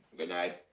good night.